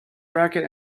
racket